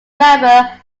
member